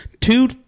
two